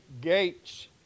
gates